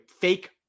fake